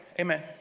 Amen